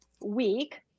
week